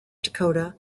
dakota